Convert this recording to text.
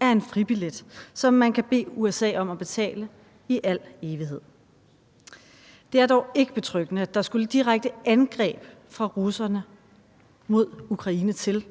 er en fribillet, som man kan bede USA om at betale i al evighed. Det er dog ikke betryggende, at der skulle et direkte angreb fra russerne mod Ukraine til,